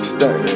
Stay